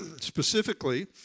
specifically